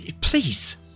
please